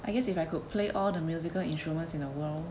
I guess if I could play all the musical instruments in the world